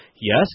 Yes